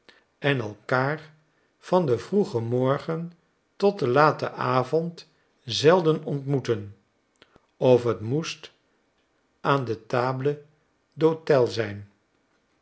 en elkaar van den vroegen morgen tot den laten avond zelden ontmoeten of t moest aan de tables d'hote zijn